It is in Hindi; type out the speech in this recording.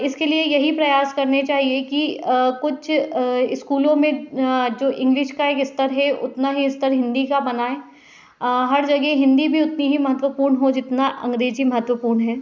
इसके लिए यही प्रयास करने चाहिए कि कुछ स्कूलों में जो इंग्लिश का एक स्तर है उतना ही स्तर हिंदी का बनाए हर जगह हिंदी भी उतना महत्वपूर्ण हो जितना अंग्रेज़ी महत्वपूर्ण है